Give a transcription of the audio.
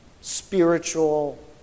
spiritual